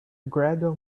gradual